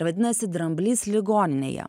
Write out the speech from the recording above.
vadinasi dramblys ligoninėje